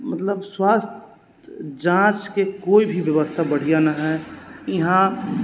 मतलब स्वास्थ्य जाँचके कोइ भी व्यवस्था बढ़िआँ न हइ इहाँ